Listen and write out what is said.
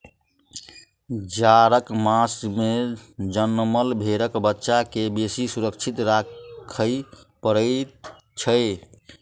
जाड़क मास मे जनमल भेंड़क बच्चा के बेसी सुरक्षित राखय पड़ैत छै